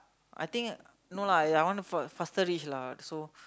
I think no lah I I wanna fast~ faster reach lah so